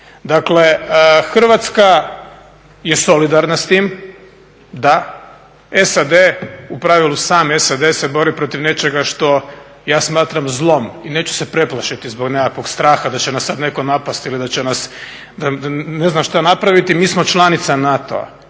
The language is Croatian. Dakle, Hrvatska je solidarna s tim, da. SAD, u pravilu sam SAD se bori protiv nečega što ja smatram zlom i neću se preplašiti zbog nekakvog straha da će nas sad netko napasti ili da će nam ne znam što napraviti. Mi smo članica NATO-a,